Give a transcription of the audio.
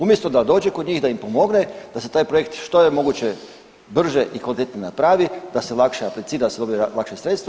Umjesto da dođe kod njih, da im pomogne da se taj projekt što je moguće brže i kvalitetnije napravi, da se lakše aplicira, da se dobiju lakša sredstva.